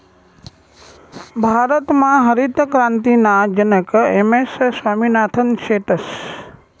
भारतमा हरितक्रांतीना जनक एम.एस स्वामिनाथन शेतस